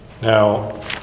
Now